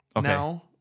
now